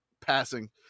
passing